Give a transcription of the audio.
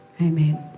Amen